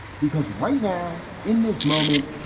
because right now, in this moment,